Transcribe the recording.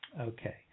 Okay